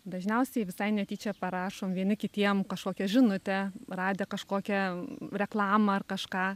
dažniausiai visai netyčia parašom vieni kitiem kažkokią žinutę radę kažkokią reklamą ar kažką